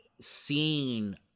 seeing